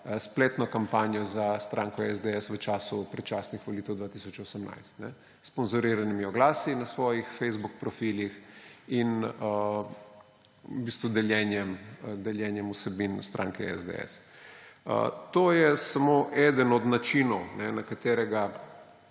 spletno kampanjo za stranko SDS v času predčasnih volitev 2018 s sponzoriranimi oglasi na svojih facebook profilih in z deljenjem vsebin o stranki SDS. To je samo eden od načinov, na katerega